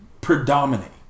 predominate